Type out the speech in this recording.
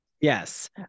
Yes